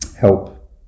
help